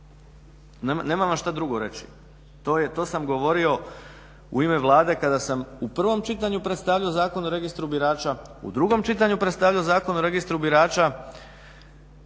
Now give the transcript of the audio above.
vam šta drugo reći. to sam govorio u ime Vlade kada sam u prvom čitanju predstavljao Zakon o registru birača, u drugom čitanju predstavljao Zakon o registru birača